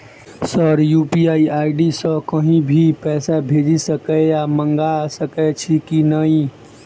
Sir UPI ID सँ कहि भी पैसा भेजि सकै या मंगा सकै छी की न ई?